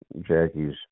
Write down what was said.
Jackie's